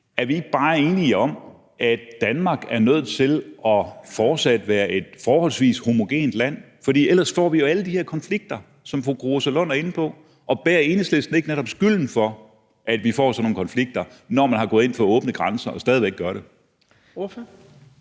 Er vi ikke bare enige om, at Danmark er nødt til fortsat at være et forholdsvis homogent land, for ellers får vi jo alle de her konflikter, som fru Rosa Lund er inde på? Og bærer Enhedslisten netop ikke skylden for, at vi får sådan nogle konflikter, når man er gået ind for åbne grænser og stadig væk gør det?